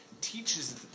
teaches